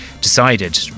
decided